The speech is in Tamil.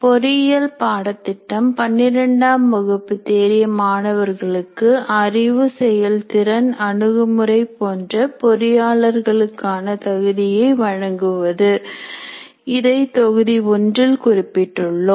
பொறியியல் பாடத்திட்டம் பன்னிரண்டாம் வகுப்பு தேறிய மாணவர்களுக்கு அறிவு செயல்திறன் அணுகுமுறை போன்ற பொறியாளர்களுக்கான தகுதியை வழங்குவது இதை தொகுதி ஒன்றில் குறிப்பிட்டுள்ளோம்